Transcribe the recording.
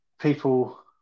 people